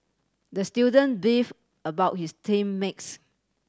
the student beef about his team makes